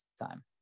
time